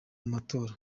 matora